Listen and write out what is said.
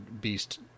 beast